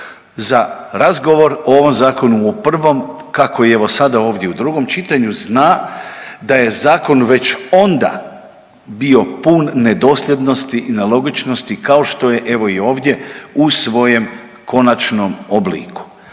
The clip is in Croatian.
za razgovor o ovom Zakonu, u prvom, kako, i evo sada ovdje u drugom čitanju, zna da je zakon već onda bio pun nedosljednosti i nelogičnosti kao što je, evo, i ovdje u svojem konačnom obliku.